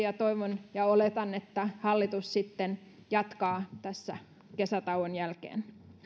ja toivon ja oletan että tätä työtä hallitus sitten toivottavasti jatkaa kesätauon jälkeen